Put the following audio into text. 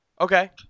Okay